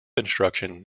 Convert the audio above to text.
instruction